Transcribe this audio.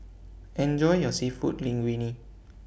Enjoy your Seafood Linguine